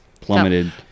plummeted